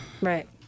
right